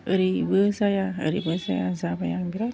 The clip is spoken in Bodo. ओरैबो जाया ओरैबो जाया जाबाय आं बिराद